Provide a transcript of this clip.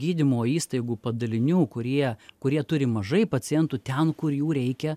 gydymo įstaigų padalinių kurie kurie turi mažai pacientų ten kur jų reikia